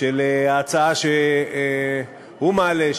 של ההצעה שהוא מעלה,